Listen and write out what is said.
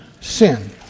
sin